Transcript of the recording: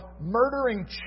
murdering